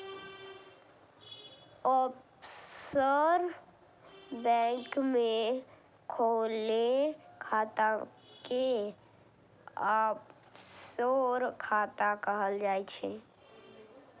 offshore bank मे खोलाएल खाता कें ऑफसोर खाता कहल जाइ छै